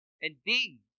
Indeed